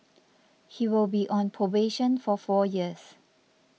he will be on probation for four years